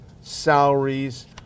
salaries